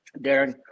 Darren